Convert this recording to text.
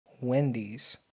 wendy's